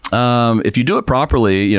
um if you do it properly, you know,